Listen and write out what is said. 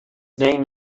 name